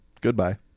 goodbye